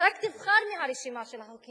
רק תבחר מהרשימה של החוקים